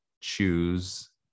choose